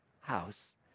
house